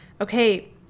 Okay